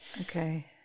Okay